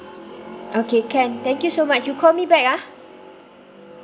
okay can thank you so much you call me back ah